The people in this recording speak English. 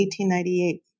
1898